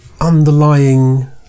underlying